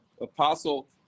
Apostle